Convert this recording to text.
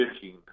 fishing